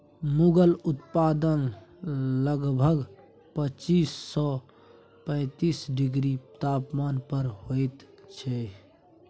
मूंगक उत्पादन लगभग पच्चीस सँ पैतीस डिग्री तापमान पर होइत छै